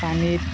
পানীত